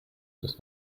does